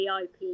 VIP